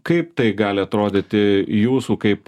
kaip tai gali atrodyti jūsų kaip